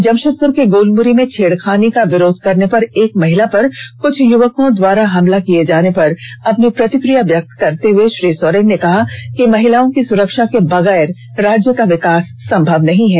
जमशेदपुर के गोलमुरी में छेडखानी का विरोध करने पर एक महिला पर कुछ युवर्को द्वारा हमला किए जाने पर अपनी प्रतिक्रिया व्यक्त करते हुए श्री सोरेन ने कहा कि महिलाओं की सुरक्षा के बगैर राज्य का विकास संभव नहीं है